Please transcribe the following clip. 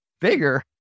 bigger